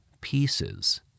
pieces